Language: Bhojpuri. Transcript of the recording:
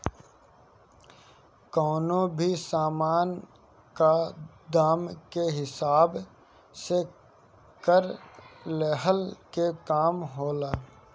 कवनो भी सामान कअ दाम के हिसाब से कर लेहला के काम होला